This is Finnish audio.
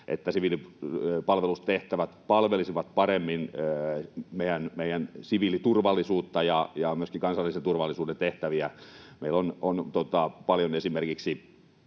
että siviilipalvelustehtävät palvelisivat paremmin meidän siviiliturvallisuuttamme ja myöskin kansallisen turvallisuuden tehtäviä. Kun meillä esimerkiksi